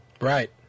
Right